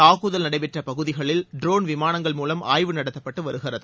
தாக்குதல் நடைபெற்ற பகுதிகளில் ட்ரோன் விமானங்கள் மூலம் ஆய்வு நடத்தப்பட்டு வருகிறது